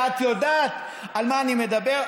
ואת יודעת על מה אני מדבר.